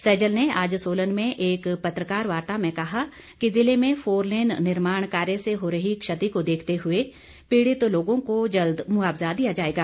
सैजल ने आज सोलन में एक पत्रकार वार्ता में कहा है कि जिले में फोरलेन निर्माण कार्य से हो रही क्षति को देखते हुए पीडित लोगों को जल्द मुआवजा दिया जाएगा